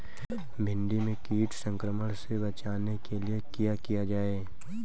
भिंडी में कीट संक्रमण से बचाने के लिए क्या किया जाए?